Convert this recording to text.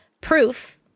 proof